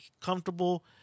comfortable